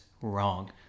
wrong